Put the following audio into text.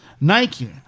Nike